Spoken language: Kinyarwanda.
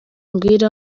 umbwire